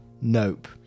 nope